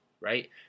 right